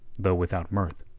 though without mirth.